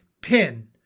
Pin